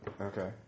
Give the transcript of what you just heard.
Okay